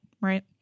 right